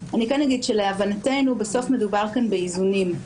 אני כן אגיד שלהבנתנו בסוף מדובר כאן באיזונים.